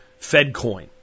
Fedcoin